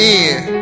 end